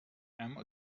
اما